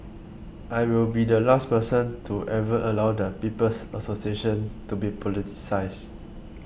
I will be the last person to ever allow the People's Association to be politicised